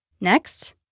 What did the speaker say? Next